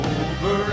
over